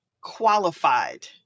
qualified